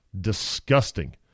Disgusting